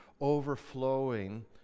overflowing